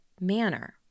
manner